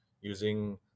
using